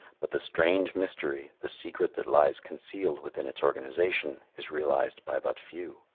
but the strange mystery, the secret that lies concealed within its organization, is realized by but few.